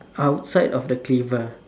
outside of the cleaver